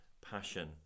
passion